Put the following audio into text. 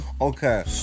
Okay